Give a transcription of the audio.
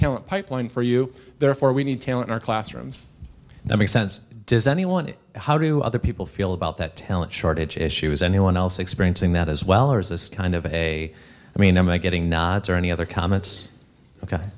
talent pipeline for you therefore we need tailor in our classrooms that makes sense does anyone how do other people feel about that talent shortage issue is anyone else experiencing that as well or is this kind of a i mean am i getting nods or any other comments ok